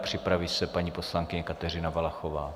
Připraví se paní poslankyně Kateřina Valachová.